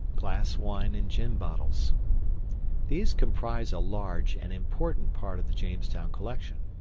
glass wine and gin bottles these comprise a large and important part of the jamestown collection.